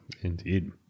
indeed